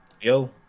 Yo